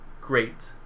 great